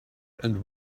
and